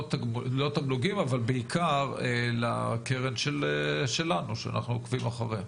לא תמלוגים אבל בעיקר לקרן שלנו שאנחנו עוקבים אחריה?